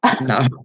no